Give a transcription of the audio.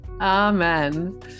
Amen